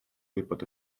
gwybod